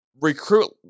recruit